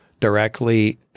directly